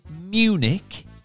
Munich